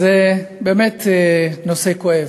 זה באמת נושא כואב.